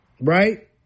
Right